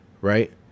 right